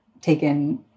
taken